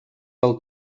del